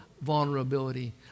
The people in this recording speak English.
vulnerability